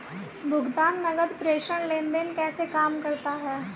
भुगतान नकद प्रेषण लेनदेन कैसे काम करता है?